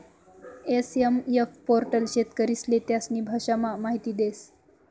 SMF portal शेतकरीस्ले त्यास्नी भाषामा माहिती देस